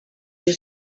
you